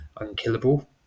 unkillable